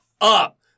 up